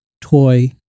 toy